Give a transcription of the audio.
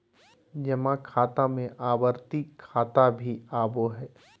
जमा खाता में आवर्ती खाता भी आबो हइ